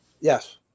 Yes